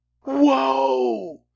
Whoa